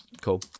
Cool